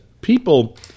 people